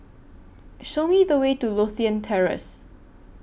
Show Me The Way to Lothian Terrace